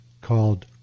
called